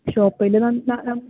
ഷോപ്പിൽ ന ന നം